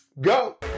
go